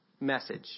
message